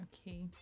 Okay